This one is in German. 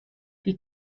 die